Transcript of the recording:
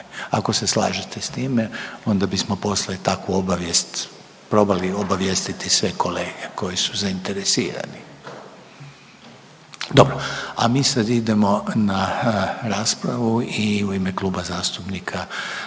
ako se slažete s time, onda bismo poslije takvu obavijest probali obavijestiti sve kolege koji su zainteresirani. Dobro, a mi sad idemo na raspravu i u ime Kluba zastupnika